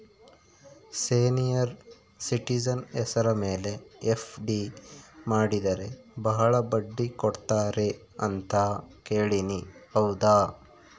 Senior citizen ಹೆಸರ ಮೇಲೆ FD ಮಾಡಿದರೆ ಬಹಳ ಬಡ್ಡಿ ಕೊಡ್ತಾರೆ ಅಂತಾ ಕೇಳಿನಿ ಹೌದಾ?